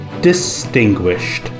distinguished